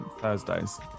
Thursdays